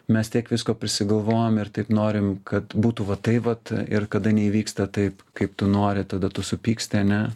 mes tiek visko prisigalvojom ir taip norim kad būtų va tai vat ir kada neįvyksta taip kaip tu nori tada tu supyksti ane